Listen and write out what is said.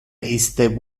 iste